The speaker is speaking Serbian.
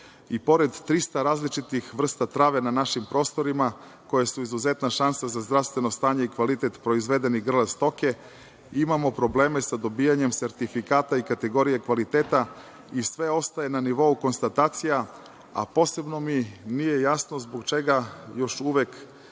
I pored 300 različitih vrsta trave na našim prostorima koje su izuzetna šansa za zdravstveno stanje i kvalitet proizvedenih grla stoke, imamo probleme sa dobijanjem sertifikata i kategorije kvaliteta, i sve ostaje na nivou konstatacija, a posebno mi nije jasno zbog čega još uvek